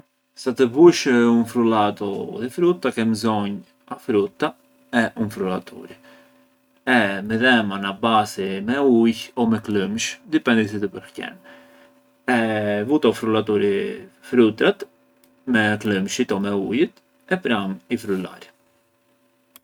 Sa të bush un frullatu di frutta ke mbzonjë a frutta e un frullaturi e midhema na basi me ujë o me klëmsh, dipendi si të përqen, vu te u frullaturi frutërat me klëmshit o me ujët e pranë i frullar.